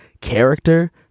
character